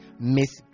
miss